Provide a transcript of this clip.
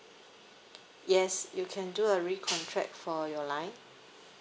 yes you can do a recontract for your line